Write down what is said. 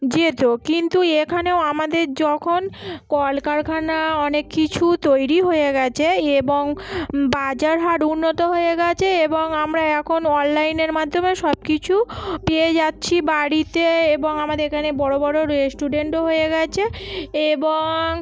যেতো কিন্তু এখানেও আমাদের যখন কলকারখানা অনেক কিছু তৈরি হয়ে গেছে এবং বাজার হাট উন্নত হয়ে গেছে এবং আমরা এখন অনলাইনের মাধ্যমে সব কিছু পেয়ে যাচ্ছি বাড়িতে এবং আমাদের এখানে বড়ো বড়ো রেস্টুরেন্টও হয়ে গেছে এবং